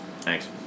Thanks